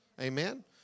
amen